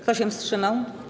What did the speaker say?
Kto się wstrzymał?